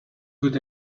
good